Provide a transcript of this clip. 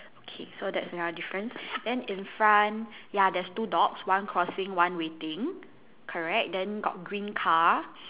okay so that's another difference then in front ya there's two dogs one crossing one waiting correct then got green car